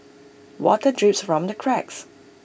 water drips from the cracks